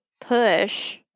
push